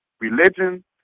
Religion